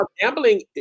Gambling